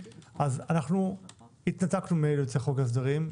אנחנו התנתקנו מאילוצי חוק ההסדרים,